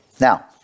Now